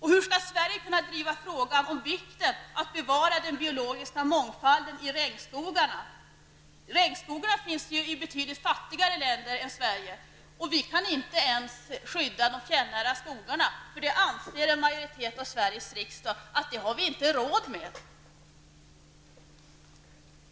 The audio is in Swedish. Hur skall Sverige kunna driva frågan om vikten av att bevara den biologiska mångfalden i regnskogarna? Regnskogarna finns ju i betydligt fattigare länder än Sverige. Men vi kan inte ens skydda de fjällnära skogarna, eftersom en majoritet i Sveriges riksdag anser att vi inte har råd med det.